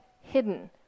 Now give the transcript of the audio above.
hidden